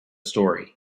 story